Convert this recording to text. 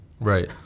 Right